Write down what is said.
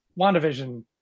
WandaVision